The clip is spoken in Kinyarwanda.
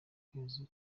kwezi